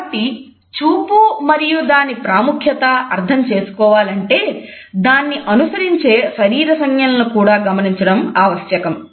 కాబట్టి చూపు మరియు దాని ప్రాముఖ్యత అర్థం చేసుకోవాలంటే దాన్ని అనుసరించే శరీర సంజ్ఞలను కూడా గమనించడం ఆవశ్యకం